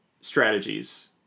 strategies